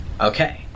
okay